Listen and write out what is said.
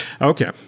Okay